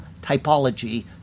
typology